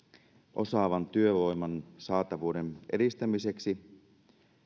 osaavan työvoiman saatavuuden edistämiseksi